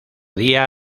día